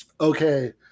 okay